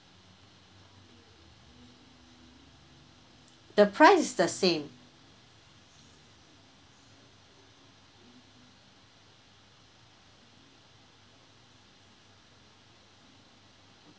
the price is the same